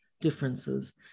differences